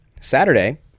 Saturday